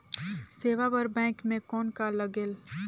सेवा बर बैंक मे कौन का लगेल?